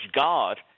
God